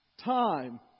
Time